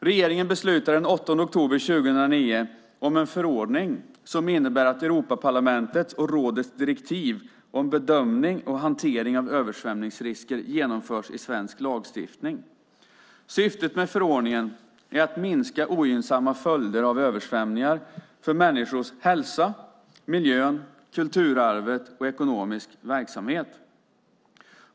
Regeringen beslutade den 8 oktober 2009 om en förordning som innebär att Europaparlamentets och rådets direktiv om bedömning och hantering av översvämningsrisker genomförs i svensk lagstiftning . Syftet med förordningen är att minska ogynnsamma följder av översvämningar för människors hälsa, miljön, kulturarvet och ekonomisk verksamhet.